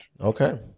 Okay